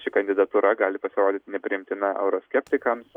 ši kandidatūra gali pasirodyti nepriimtina euroskeptikams